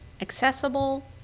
accessible